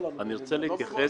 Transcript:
אני רוצה להתייחס.